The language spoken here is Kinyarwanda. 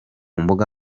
mbuga